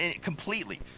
completely